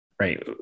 Right